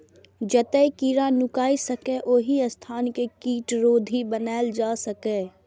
जतय कीड़ा नुकाय सकैए, ओहि स्थान कें कीटरोधी बनाएल जा सकैए